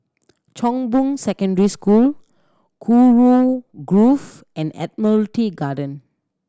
Chong Boon Secondary School Kurau Grove and Admiralty Garden